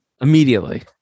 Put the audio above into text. Immediately